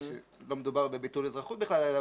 היא שלא מדובר בביטול אזרחות בכלל אלא